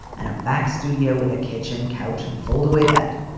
and a back studio with a kitchen couch and fold away bed.